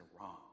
wrong